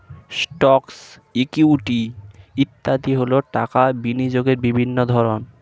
stocks, equity ইত্যাদি হল টাকা বিনিয়োগের বিভিন্ন ধরন